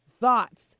thoughts